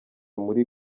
muri